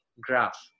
graph